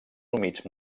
humits